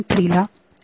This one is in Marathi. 3 ला एलईडीआहे